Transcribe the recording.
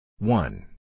One